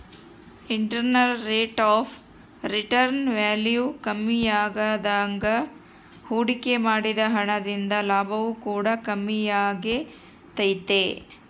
internal rate of return value ಕಮ್ಮಿಯಾದಾಗ ಹೂಡಿಕೆ ಮಾಡಿದ ಹಣ ದಿಂದ ಲಾಭವು ಕೂಡ ಕಮ್ಮಿಯಾಗೆ ತೈತೆ